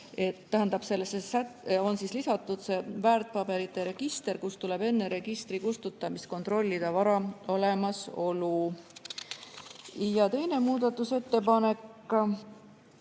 tähendab, sellesse on lisatud väärtpaberite register, kust tuleb enne registri kustutamist kontrollida vara olemasolu. Ja teine muudatusettepanek,